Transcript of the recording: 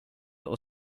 och